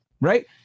right